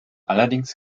allerdings